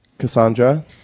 cassandra